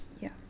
Yes